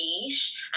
niche